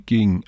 King